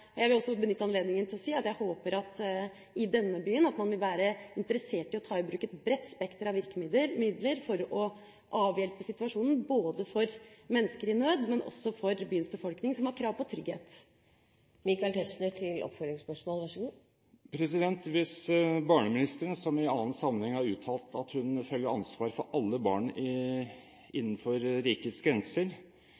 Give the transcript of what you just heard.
håper at man i denne byen vil være interessert i å ta i bruk et bredt spekter av virkemidler for å avhjelpe situasjonen for mennesker i nød, men også for byens befolkning, som har krav på trygghet. Hvis barneministeren, som i en annen sammenheng har uttalt at hun føler ansvar for alle barn